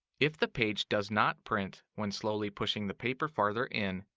if the page does not print when slowly pushing the paper farther in,